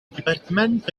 dipartimento